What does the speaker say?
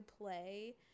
play